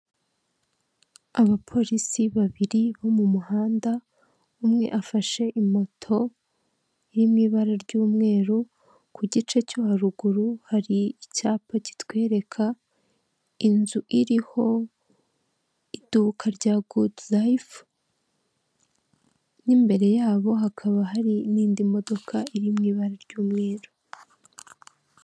Abapolisi babiri bo mu muhanda umwe afashe moto iri mu ibara ry'umweru, ku gice cyo haruguru hari icyapa kitwereka inzu iriho iduka rya gudu rayifu n'imbere yabo hakaba hari n'indi modoka iri mu ibara ry'umweru.